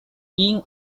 king